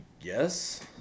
Yes